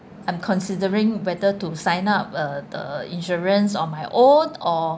I'm considering whether to sign up uh the insurance on my own or